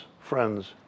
friend's